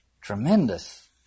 Tremendous